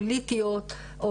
פוליטיות,